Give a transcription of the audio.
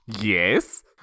Yes